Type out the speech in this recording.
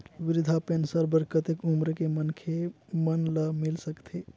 वृद्धा पेंशन बर कतेक उम्र के मनखे मन ल मिल सकथे?